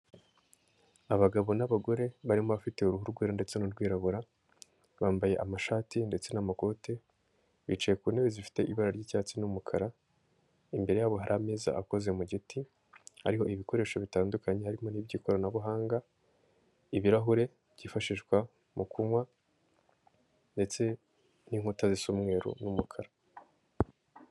Abagabo n'abagore barimo abafite uruhu rwera ndetse n'urwirabura, bambaye amashati ndetse n'amakoti, bicaye ku ntebe zifite ibara ry'icyatsi n'umukara, imbere yabo hari ameza akoze mu giti hariho ibikoresho bitandukanye harimo iby'ikoranabuhanga, ibirahure byifashishwa mu kunywa ndetse n'inkuta zisa umweru n'umukara.